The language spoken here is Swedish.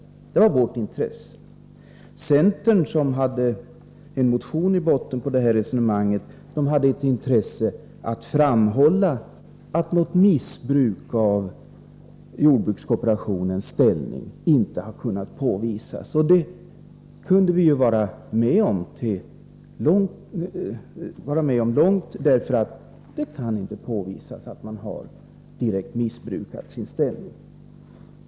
Det var vårt intresse. Centern, som hade en motion i botten på det här resonemanget, hade ett intresse av att framhålla att något missbruk av jordbrukskooperationens ställning inte har kunnat påvisas. Det kunde vi hålla med om, eftersom det inte kan påvisas att man direkt har missbrukat sin ställning.